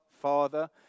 Father